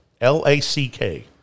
L-A-C-K